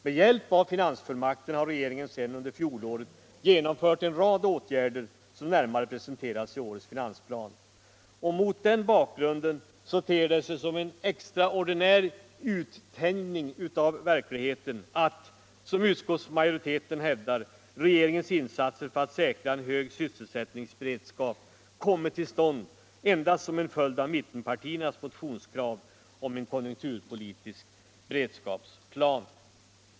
Med hjälp av finansfullmakten har regeringen sedan under fjolåret genomfört en rad åtgärder som närmare presenterats i årets finansplan. Mot den bakgrunden ter det sig som en extraordinär uttänjning av verkligheten att — som utskottsmajoriteten hävdar — regeringens insatser för att säkra en hög sysselsättningsberedskap har kommit till stånd endast som en följd av mittenpartiernas motionskrav om en konjunkturpolitisk beredskapsplan.